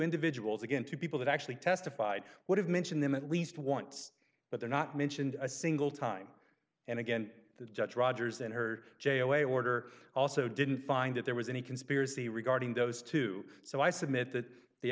individuals again two people that actually testified would have mentioned them at least wants but they're not mentioned a single time and again that judge rogers and her j away order also didn't find that there was any conspiracy regarding those two so i submit that the